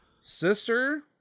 Sister